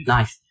Nice